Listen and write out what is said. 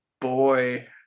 boy